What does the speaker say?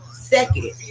Second